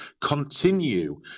continue